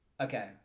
Okay